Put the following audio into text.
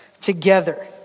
together